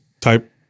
type